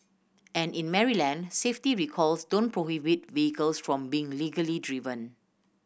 and in Maryland safety recalls don't prohibit vehicles from being legally driven